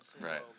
Right